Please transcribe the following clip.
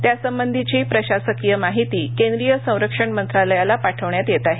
त्यासंबंधीची प्रशासकीय माहिती केंद्रीय संरक्षणमंत्रालयास पाठविण्यात येत आहे